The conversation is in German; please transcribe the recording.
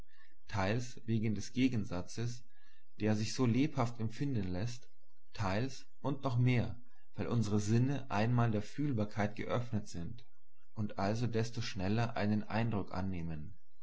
teils wegen des gegensatzes der sich so lebhaft empfinden läßt teils und noch mehr weil unsere sinne einmal der fühlbarkeit geöffnet sind und also desto schneller einen eindruck annehmen